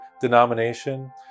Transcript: denomination